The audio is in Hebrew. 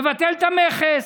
מבטל את המכס,